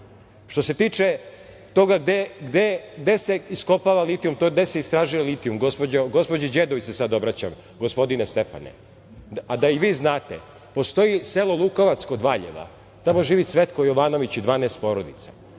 se tiče toga gde se iskopava litijum, tj. gde se istražuje litijum, gospođi Đedović se sada obraćam, gospodine Stefane, a da i vi znate, postoji selo Lukovac kod Valjeva, tamo živi Cvetko Jovanović i 12 porodica.